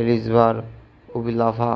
Elizbar Ubilava